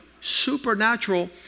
supernatural